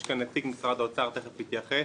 יש כאן נציג משרד האוצר, הוא תיכף יתייחס.